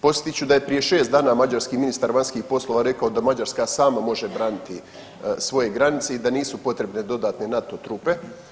Podsjetit ću da je prije 6 dana mađarski ministar vanjskih poslova rekao da Mađarska sama može braniti svoje granice i da nisu potrebne dodatne NATO trupe.